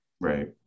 Right